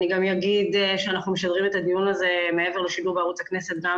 אני גם אגיד שאנחנו משדרים את הדיון הזה מעבר לשידור בערוץ הכנסת גם